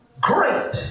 great